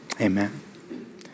Amen